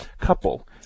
couple